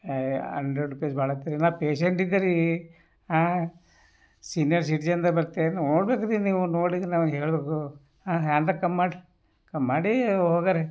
ಅಯ್ hundred rupees ಬಹಳಾತ್ರೀ ನಾ ಪೇಷಂಟ್ಟಿದ್ದೆರಿ ಸೀನಿಯರ್ ಸಿಟಿಜನದ್ ಬರ್ತೆ ನೋಡ್ಬೇಕ್ರಿ ನೀವು ನೋಡಿದ್ರೆ ನಮ್ಗೆ ಹೇಳ್ಬೇಕು ಹ್ಯಾಂಗರೆ ಕಮ್ಮಿ ಮಾಡ್ರಿ ಕಮ್ಮಿ ಮಾಡಿ ಹೋಗ್ರಿ